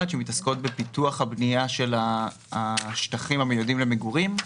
שמתעסקות בפיתוח הבנייה של השטחים המיועדים למגורים.